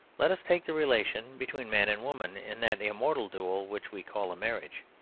let us take the relation between man and woman, in that immortal duel which we call a marriage.